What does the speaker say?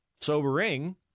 sobering